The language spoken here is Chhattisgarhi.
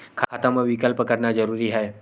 खाता मा विकल्प करना जरूरी है?